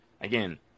again